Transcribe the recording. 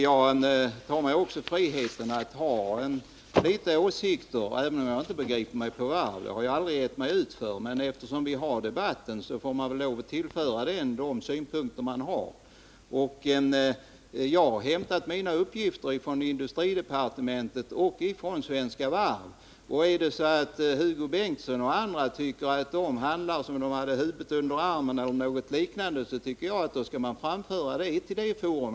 Jag tar mig också friheten att ha litet åsikter även om jag inte begriper mig på varv; det har jag aldrig gett mig ut för. Men eftersom vi har en debatt får man väl lov att tillföra den de synpunkter man har. Jag har hämtat mina uppgifter från industridepartementet och från Svenska Varv. Om Hugo Bengtsson och andra tycker att man där handlar som om man hade huvudet under armen, så skall väl den kritiken framföras till vederbörande forum.